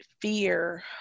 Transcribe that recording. fear